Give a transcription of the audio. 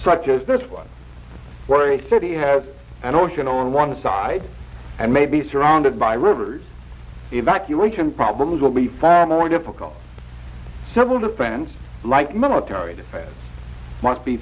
such as this one great city has an ocean on one side and may be surrounded by rivers evacuation problems will be far more difficult civil defense like military defense must be